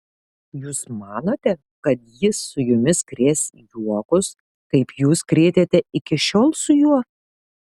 jūs manote kad jis su jumis krės juokus kaip jūs krėtėte iki šiol su juo